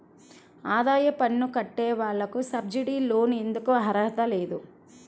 ఆదాయ పన్ను కట్టే వాళ్లకు సబ్సిడీ లోన్ ఎందుకు అర్హత లేదు?